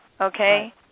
Okay